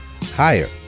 higher